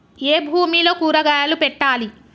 ఏ భూమిలో కూరగాయలు పెట్టాలి?